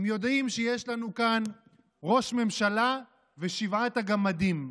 הם יודעים שיש לנו כאן ראש ממשלה ושבעת הגמדים,